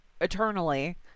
Eternally